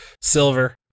silver